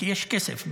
כי יש כסף.